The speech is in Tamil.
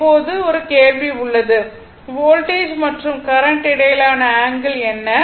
இப்போது கேள்வி உள்ளது வோல்டேஜ் மற்றும் கரண்ட் இடையிலான ஆங்கிள் என்ன